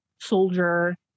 soldier